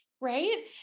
Right